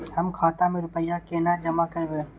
हम खाता में रूपया केना जमा करबे?